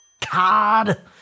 card